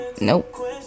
Nope